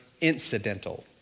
incidental